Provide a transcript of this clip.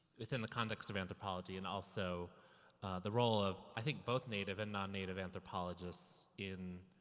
within the context of anthropology and also the role of i think both native and non-native anthropologists in